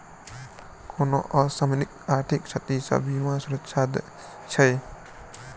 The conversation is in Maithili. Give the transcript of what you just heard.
कोनो असामयिक आर्थिक क्षति सॅ बीमा सुरक्षा दैत अछि